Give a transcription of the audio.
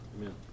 Amen